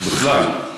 בכלל.